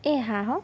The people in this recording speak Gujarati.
એ હા હોં